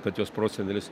kad jos prosenelis